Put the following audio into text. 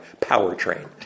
powertrain